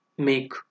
make